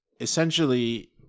essentially